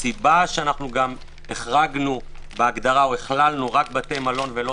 הסיבה שהחרגנו בהגדרה או הכללנו רק בתי מלון ולא